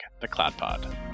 theCloudPod